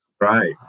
right